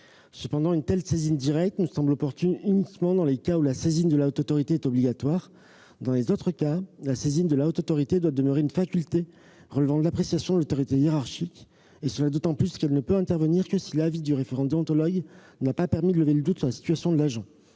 Cependant, une telle saisine directe ne nous semble opportune que dans les cas où la saisine de la Haute Autorité est obligatoire. Dans les autres cas, la saisine doit demeurer une faculté relevant de l'appréciation de l'autorité hiérarchique, d'autant plus qu'elle ne peut intervenir que si l'avis du référent déontologue n'a pas permis de lever le doute sur la situation de l'agent.